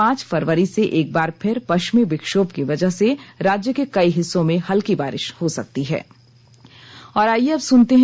पांच फरवरी से एक बार फिर पश्चिम विक्षोभ की वजह से राज्य के कई हिस्सों में हल्की बारिश हो सकती है